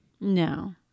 No